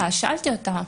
אז שאלתי אותה,